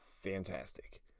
fantastic